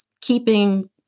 keeping